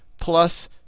plus